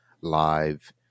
live